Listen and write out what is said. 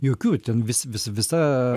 jokių ten vis vis visa